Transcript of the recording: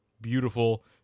beautiful